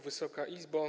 Wysoka Izbo!